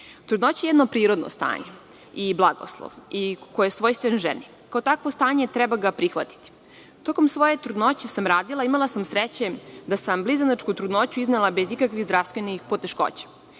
je jedno prirodno stanje i blagoslov i koji je svojstven ženi i kao takvo stanje treba ga prihvatiti. Tokom svoje trudnoće sam radila. Imala sam sreće da sam blizanačku trudnoću iznela bez ikakvih zdravstvenih poteškoća